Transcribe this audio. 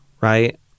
right